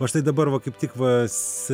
va štai dabar va kaip tik vas